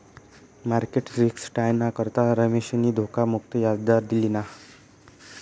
market risk टायाना करता रमेशनी धोखा मुक्त याजदर लिना